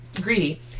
greedy